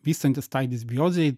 vystantis tai disbiozei